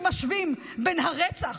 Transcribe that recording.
שמשווים בין הרצח